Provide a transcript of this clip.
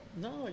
No